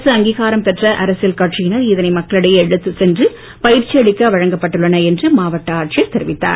அரசு அங்கீகாரம் பெற்ற அரசியல் கட்சியினர் இதனை மக்களிடையே எடுத்துச் சென்று பயிற்சி அளிக்க வழங்கப்பட்டுள்ளன என்று மாவட்ட ஆட்சியர் தெரிவித்தார்